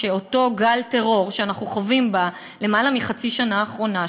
שאותו גל טרור שאנחנו חווים ביותר מחצי השנה האחרונה,